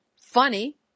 funny